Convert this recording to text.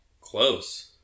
Close